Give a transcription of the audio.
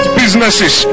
businesses